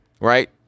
right